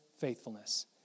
faithfulness